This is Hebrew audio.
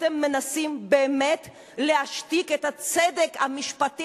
אתם מנסים באמת להשתיק את הצדק המשפטי,